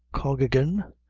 cokkigan,